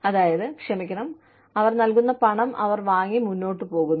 അതായത് ക്ഷമിക്കണം അവർ നൽകുന്ന പണം അവർ വാങ്ങി മുന്നോട്ട് പോകുന്നു